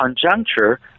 Conjuncture